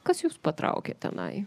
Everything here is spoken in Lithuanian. kas jus patraukė tenai